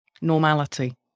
Normality